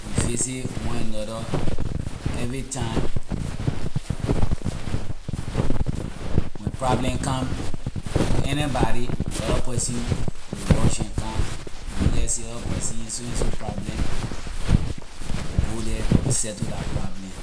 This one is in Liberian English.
we visit one another every time when problem come to anybody ley other person will rush and come when we hear say ley other person in so so and so problem we go the we settle la problem.